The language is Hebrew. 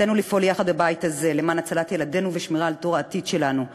חובתנו לפעול יחד בבית הזה למען הצלת ילדינו ושמירה של דור העתיד שלנו.